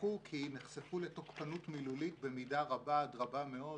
דיווחו כי נחשפו לתוקפנות מילולית במידה רבה עד רבה מאוד